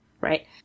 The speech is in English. right